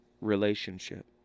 relationship